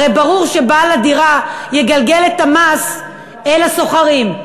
הרי ברור שבעל הדירה יגלגל את המס אל השוכרים.